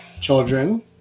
children